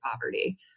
poverty